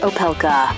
Opelka